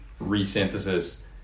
resynthesis